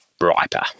riper